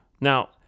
Now